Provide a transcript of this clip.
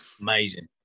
amazing